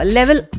Level